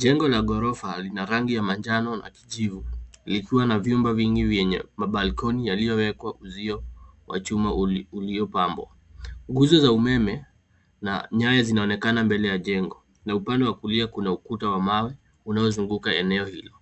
Jengo la ghorofa lina rangi ya manjano na kijivu, likiwa na vyumba vingi vyenye mabalkoni yaliyowekwa uzio wa chuma uliyopambwa. Nguzo za umeme na nyaya zinaonekana mbele ya jengo, na upande wa kulia kuna ukuta wa mawe unaozunguka eneo hilo.